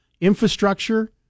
infrastructure